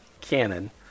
Canon